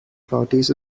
parties